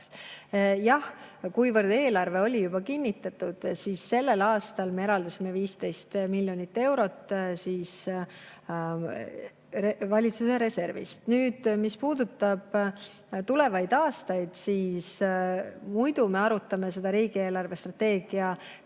Jah, kuivõrd eelarve oli juba kinnitatud, siis sellel aastal me eraldasime 15 miljonit eurot valitsuse reservist. Nüüd, mis puudutab tulevasi aastaid, siis muidu me arutame seda riigi eelarvestrateegia tegemise